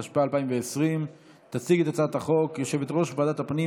התשפ"א 2020. תציג את הצעת החוק יושבת-ראש ועדת הפנים